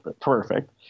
perfect